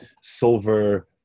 silver